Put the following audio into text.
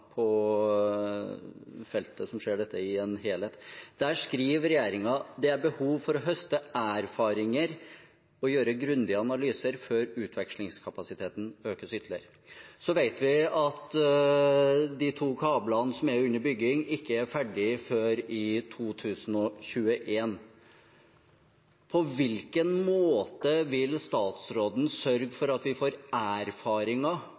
på feltet som ser dette i en helhet. Der skriver regjeringen at «det er behov for å høste erfaringer og gjøre grundige analyser før utvekslingskapasiteten økes ytterligere.» Så vet vi at de to kablene som er under bygging, ikke er ferdige før i 2021. På hvilken måte vil statsråden sørge for at vi får erfaringer